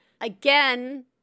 again